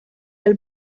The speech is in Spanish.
del